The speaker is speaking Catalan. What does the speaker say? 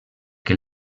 que